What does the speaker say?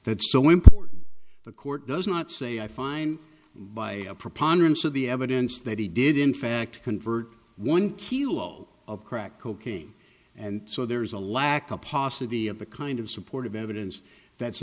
that's so important the court does not say i find by a preponderance of the evidence that he did in fact convert one kilo of crack cocaine and so there is a lack of possibly of the kind of supportive evidence that's